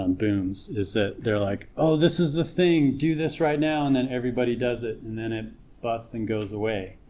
um booms ah they're like oh this is the thing do this right now and then everybody does it and then it busts and goes away